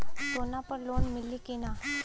सोना पर लोन मिली की ना?